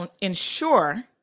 ensure